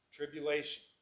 Tribulation